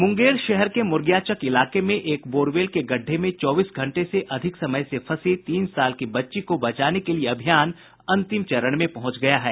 मुंगेर शहर के मुर्गियाचक इलाके में एक बोरवेल के गड्ढे में चौबीस घंटे से अधिक समय से फंसी तीन साल की बच्ची को बचाने के लिये अभियान अंतिम चरण में पहुंच गया है